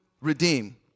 redeem